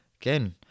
Again